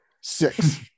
Six